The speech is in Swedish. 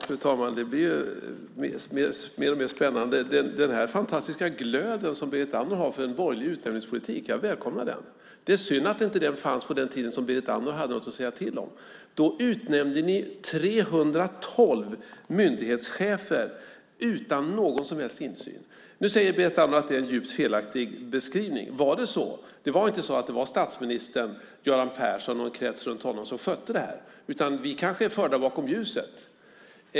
Fru talman! Det blir mer och mer spännande. Den fantastiska glöd som Berit Andnor har för en borgerlig utnämningspolitik välkomnar jag. Det är synd att den inte fanns på den tid då Berit Andnor hade någonting att säga till om. Då utnämnde ni 312 myndighetschefer utan någon som helst insyn. Nu säger Berit Andnor att det är en djupt felaktig beskrivning. Var det inte så att det var statsministern Göran Persson och kretsen runt honom som skötte det här, utan är vi kanske förda bakom ljuset?